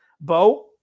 Bo